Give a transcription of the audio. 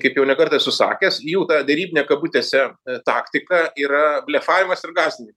kaip jau ne kartą esu sakęs jų ta derybinė kabutėse taktika yra blefavimas ir gąsdini